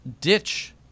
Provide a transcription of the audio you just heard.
ditch